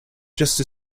just